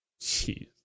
Jeez